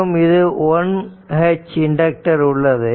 மற்றும் இங்கு1H இண்டக்டர் உள்ளது